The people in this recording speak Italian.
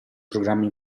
programmi